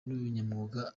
n’ubunyamwuga